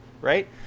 right